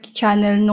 channel